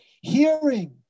hearing